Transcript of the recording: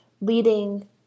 leading